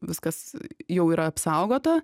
viskas jau yra apsaugota